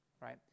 right